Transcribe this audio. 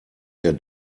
der